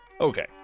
Okay